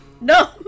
No